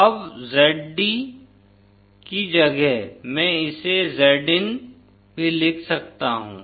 अब Zd की जगह मैं इसे Zin भी लिख सकता हूँ